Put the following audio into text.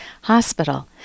hospital